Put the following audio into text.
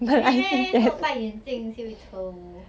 really meh thought 戴眼镜 sibeh 丑